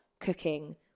cooking